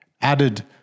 added